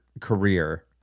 career